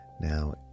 Now